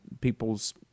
people's